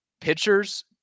pitchers